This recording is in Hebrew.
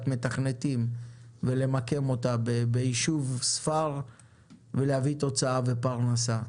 מתכנתים ולמקם אותה ביישוב ספר ולהביא תוצאה ופרנסה.